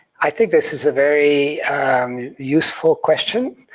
i think this is a very useful question.